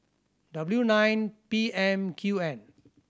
W nine P M Q N